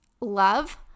love